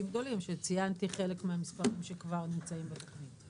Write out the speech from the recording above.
שציינתי חלק מהם שכבר נמצאים בתכנית.